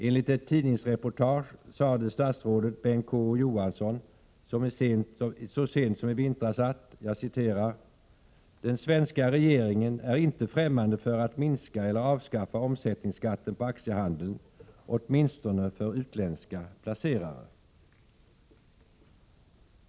Enligt ett tidningsreportage sade statsrådet Bengt K Å Johansson så sent som i vintras att ”den svenska regeringen är inte främmande för att minska eller avskaffa omsättningsskatten på aktiehandeln, åtminstone för utländska placerare”.